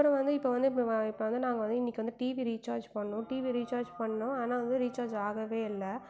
அப்பறம் வந்து இப்போ வந்து இப்போ வந்து நாங்கள் வந்து இன்றைக்கி வந்து டிவி ரீசார்ஜ் பண்ணோம் டிவி ரீசார்ஜ் பண்ணோம் ஆனால் வந்து ரீசார்ஜ் ஆகவே இல்லை